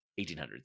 1800s